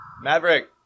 Maverick